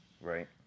right